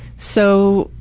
so,